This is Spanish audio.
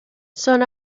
son